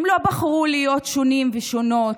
הם לא בחרו להיות שונים ושונות,